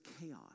chaos